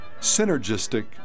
synergistic